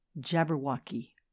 Jabberwocky